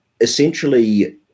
Essentially